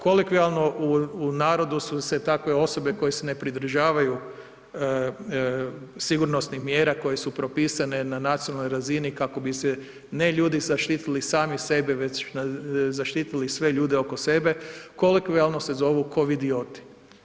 Kolokvijalno, u narodu su se takve osobe koje se ne pridržavaju sigurnosnih mjera koje su propisane na nacionalnoj razini kako bi se ne ljudi zaštitili sami sebe već zaštitili sve ljude oko sebe, kolokvijalno se zovu kovidioti.